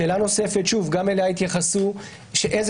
שאלה נוספת גם אליה התייחסו - אילו